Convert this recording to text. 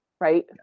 right